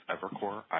Evercore